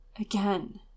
Again